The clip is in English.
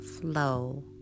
flow